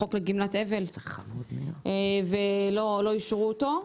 החוק לגמלת אבל, ולא אישרו אותו.